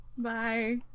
Bye